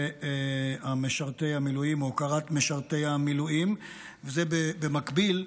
משרתי המילואים והוקרת משרתי המילואים במקביל,